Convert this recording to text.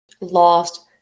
lost